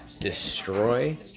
Destroy